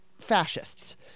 fascists